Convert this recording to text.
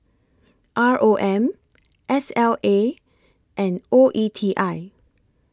R O M S L A and O E T I